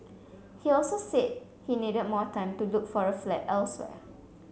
he also said he needed more time to look for a flat elsewhere